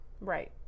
Right